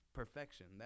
perfection